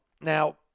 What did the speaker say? Now